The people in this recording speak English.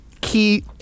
key